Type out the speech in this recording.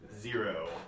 Zero